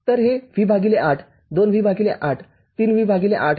तर हे V ८ २ V ८ ३ V ८ आहे